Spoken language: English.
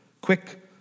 quick